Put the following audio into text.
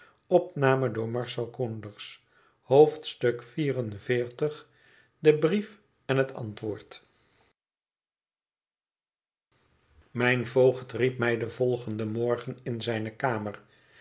xliv de brief en het antwoord mijn voogd riep mij den volgenden morgen in zijne kamer